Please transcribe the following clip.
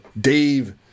Dave